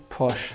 push